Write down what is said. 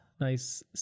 nice